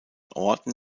orten